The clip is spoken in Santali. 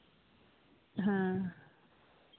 ᱦᱮᱸ